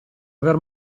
aver